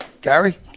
Gary